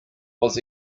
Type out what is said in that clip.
was